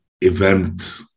event